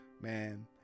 Man